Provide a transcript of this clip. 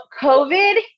COVID